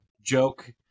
joke